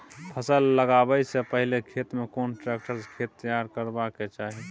फसल लगाबै स पहिले खेत में कोन ट्रैक्टर स खेत तैयार करबा के चाही?